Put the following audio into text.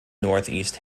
northeast